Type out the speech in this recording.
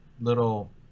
little